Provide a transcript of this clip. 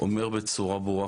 אומר בצורה ברורה,